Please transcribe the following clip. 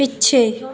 ਪਿੱਛੇ